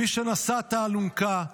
מי שנשא את האלונקה,